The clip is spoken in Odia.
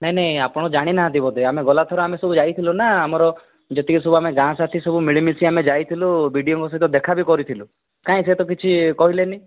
ନାହିଁ ନାହିଁ ଆପଣ ଜାଣିନାହାନ୍ତି ବୋଧେ ଗଲା ଥର ଆମେ ସବୁ ଯାଇଥିଲୁ ନା ଆମର ଯେତିକି ଆମେ ସବୁ ଗାଁ ସାଥି ମିଳିମିଶି ଆମେ ସବୁ ଯାଇଥିଲୁ ବିଡ଼ିଓଙ୍କ ସହ ଦେଖାବି କରିଥିଲୁ କାହିଁ ସେତ କିଛି କହିଲେନି